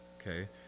Okay